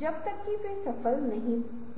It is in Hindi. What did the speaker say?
यह कंपनी की रणनीति को भी देखेगा